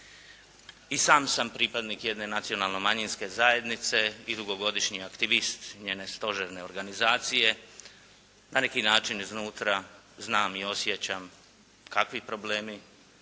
I sam sam pripadnik jedne nacionalno manjinske zajednice i dugogodišnji aktivist njene stožerne organizacije. Na neki način iznutra znam i osjećam kakvi problemi